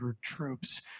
troops